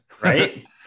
Right